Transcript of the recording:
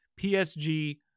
PSG